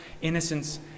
innocence